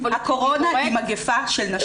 הקורונה היא מגפה של נשים.